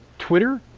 twitter,